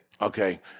Okay